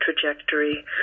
trajectory